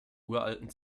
uralten